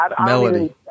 Melody